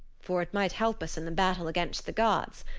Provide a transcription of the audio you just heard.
for it might help us in the battle against the gods.